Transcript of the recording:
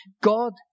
God